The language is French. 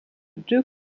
deux